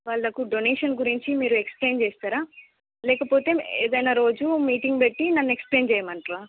వాళ్ళకు డొనేషన్ గురించి మీరు ఎక్స్ప్లేన్ చేస్తారా లేకపోతే ఏదైయినా రోజు మీటింగ్ పెట్టి నన్ను ఎక్స్ప్లేన్ చేయమంటారా